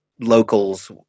locals